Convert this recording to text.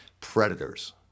predators